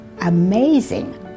amazing